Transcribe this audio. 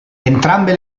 entrambe